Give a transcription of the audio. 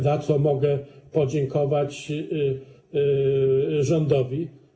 Za co mogę podziękować rządowi?